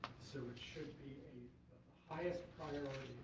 so it should be a highest priority